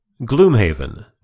Gloomhaven